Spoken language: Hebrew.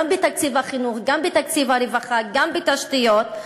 גם בתקציב החינוך וגם בתקציב הרווחה וגם בתשתיות,